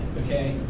okay